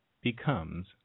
becomes